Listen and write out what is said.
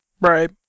Right